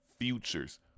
Future's